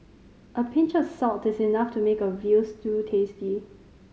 a pinch of salt is enough to make a veal stew tasty